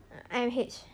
M_H